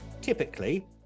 Typically